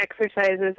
exercises